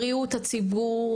בריאות הציבור,